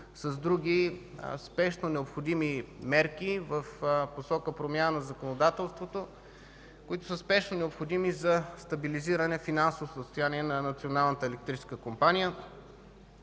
с други спешно необходими мерки в посока промяна на законодателството, които са спешно необходими за стабилизиране финансовото състояние на